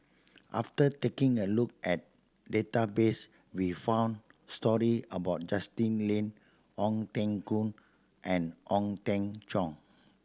after taking a look at database we found story about Justin Lean Ong Teng Koon and Ong Teng Cheong